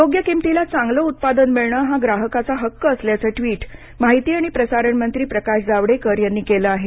योग्य किंमतीला चांगलं उत्पादन मिळणं हा ग्राहकाचा हक्क असल्याचं ट्वीट माहिती आणि प्रसारण मंत्री प्रकाश जावडेकर यांनी केलं आहे